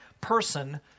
person